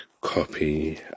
copy